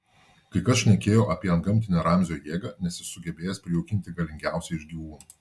kai kas šnekėjo apie antgamtinę ramzio jėgą nes jis sugebėjęs prijaukinti galingiausią iš gyvūnų